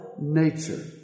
nature